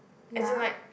as in like